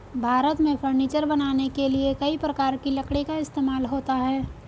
भारत में फर्नीचर बनाने के लिए कई प्रकार की लकड़ी का इस्तेमाल होता है